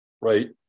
right